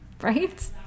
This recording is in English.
right